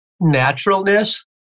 naturalness